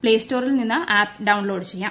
പ്പേ സ്റ്റോറിൽ നിന്ന് app download ചെയ്യാം